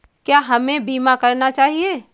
क्या हमें बीमा करना चाहिए?